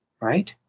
Right